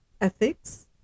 ethics